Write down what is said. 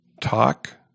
Talk